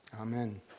Amen